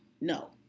No